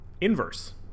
inverse